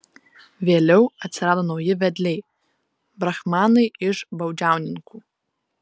vėliau atsirado nauji vedliai brahmanai iš baudžiauninkų